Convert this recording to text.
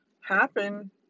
happen